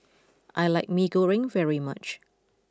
I like Mee Goreng very much